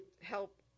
help